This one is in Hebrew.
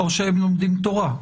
או שהם לומדים תורה.